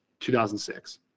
2006